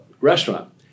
restaurant